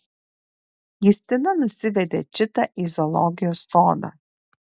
justina nusivedė čitą į zoologijos sodą